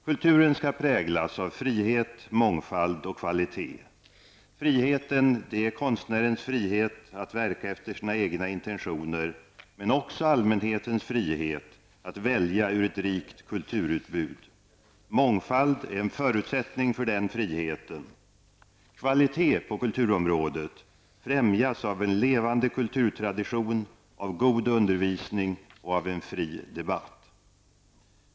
Kulturen skall präglas av frihet, mångfald och kvalitet. Friheten är konstnärens frihet att verka efter sina egna intentioner men också allmänhetens frihet att välja ur ett rikt kulturutbud. Mångfald är en förutsättning för den friheten. Kvalitet på kulturområdet främjas av en levande kulturtradition, av god undervisning och av en fri debatt.